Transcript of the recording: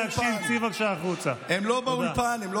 אי-אפשר להקשיב לך, הם לא רגילים.